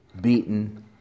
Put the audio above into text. beaten